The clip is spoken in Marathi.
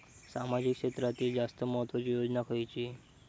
सामाजिक क्षेत्रांतील जास्त महत्त्वाची योजना खयची?